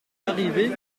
larrivé